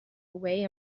away